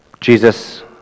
Jesus